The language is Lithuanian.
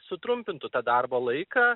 sutrumpintų tą darbo laiką